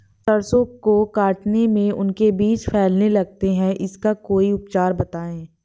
सरसो को काटने में उनके बीज फैलने लगते हैं इसका कोई उपचार बताएं?